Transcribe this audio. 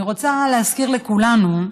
אני רוצה להזכיר לכולנו,